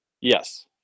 Yes